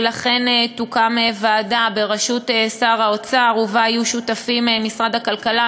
ולכן תוקם ועדה בראשות שר האוצר ובה יהיו שותפים משרד הכלכלה,